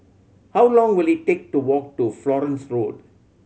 how long will it take to walk to Florence Road